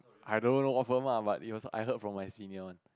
I don't know what firm ah but it was I heard from my senior one